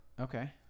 Okay